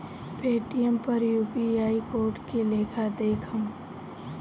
Paytm पर UPI code के लेखा देखम?